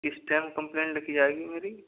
किस time complain लिखी जाएगी मेरी